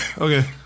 okay